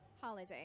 holiday